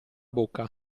bocca